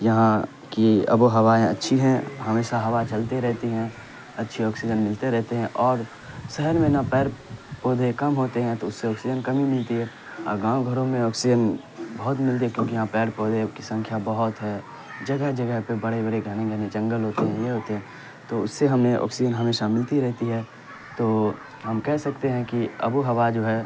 یہاں کی آب و ہوائیں اچھی ہیں ہمیشہ ہوا چلتی رہتی ہیں اچھے آکسیجن ملتے رہتے ہیں اور شہر میں نہ پیڑ پودے کم ہوتے ہیں تو اس سے آکسیجن کمی ملتی ہے اور گاؤں گھروں میں آکسیجن بہت ملتی ہے کیونکہ یہاں پیڑ پودے کی سنکھیا بہت ہے جگہ جگہ پہ بڑے بڑے گھنے گھنے جنگل ہوتے ہیں یہ ہوتے ہیں تو اس سے ہمیں آکسیجن ہمیشہ ملتی رہتی ہے تو ہم کہہ سکتے ہیں کہ آب و ہوا جو ہے